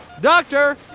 Doctor